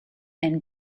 and